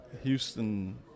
Houston